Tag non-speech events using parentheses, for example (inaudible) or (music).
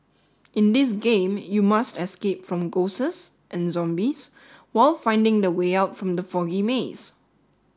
in this game you must escape from (unintelligible) and zombies while finding the way out from the foggy maze